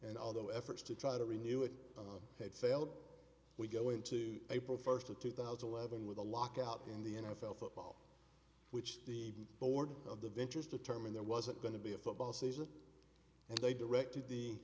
and although efforts to try to renew it had failed we go into april first of two thousand and eleven with a lockout in the n f l football which the board of the ventures determined there wasn't going to be a football season and they directed the